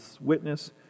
witness